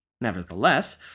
Nevertheless